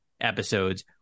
episodes